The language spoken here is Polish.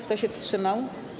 Kto się wstrzymał?